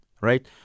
right